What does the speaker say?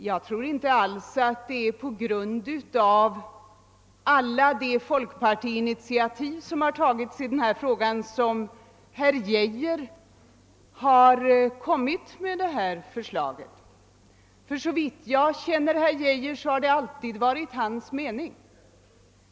Jag tror inte alls att det är på grund av alla de folkpartiinitiativ som har tagits i denna fråga som herr Geijer har lagt fram sitt förslag. Om jag känner statsrådet Geijer rätt har han alltid haft denna inställning till 32 §.